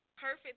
Perfect